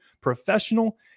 professional